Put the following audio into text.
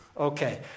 Okay